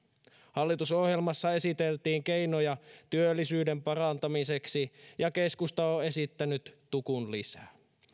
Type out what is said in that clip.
hallitusohjelmassa esiteltiin keinoja työllisyyden parantamiseksi ja keskusta on esittänyt tukun lisää